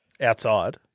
Outside